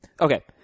Okay